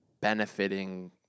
benefiting